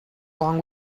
long